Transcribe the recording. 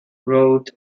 wrote